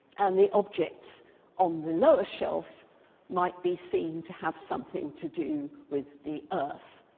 and the objects on the lower shelf might be seen to have something to do with the earth,